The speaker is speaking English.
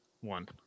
one